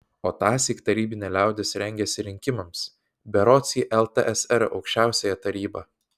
o tąsyk tarybinė liaudis rengėsi rinkimams berods į ltsr aukščiausiąją tarybą